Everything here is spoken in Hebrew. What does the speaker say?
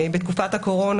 בתקופת הקורונה,